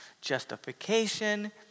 Justification